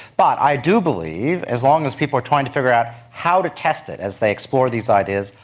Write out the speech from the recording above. but i do believe, as long as people are trying to figure out how to test it as they explore these ideas,